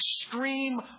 extreme